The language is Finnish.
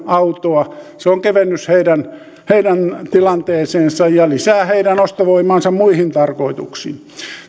elämässään autoa se on kevennys heidän heidän tilanteeseensa ja lisää heidän ostovoimaansa muihin tarkoituksiin